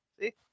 See